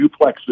duplexes